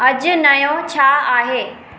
अॼु नयो छा आहे